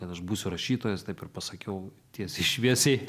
kad aš būsiu rašytojas taip ir pasakiau tiesiai šviesiai